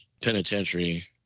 Penitentiary